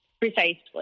Precisely